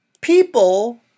people